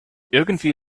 irgendwie